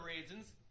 reasons